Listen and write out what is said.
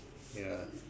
ya